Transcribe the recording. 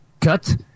cut